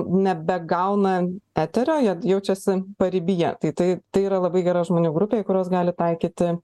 nebegauna eterio jie jaučiasi paribyje tai tai tai yra labai gera žmonių grupė į kuriuos gali taikyti